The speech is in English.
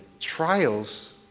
trials